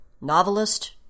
novelist